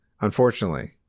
unfortunately